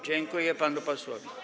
Dziękuję panu posłowi.